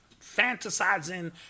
fantasizing